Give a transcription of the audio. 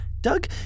Doug